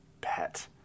pet